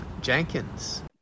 Jenkins